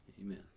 Amen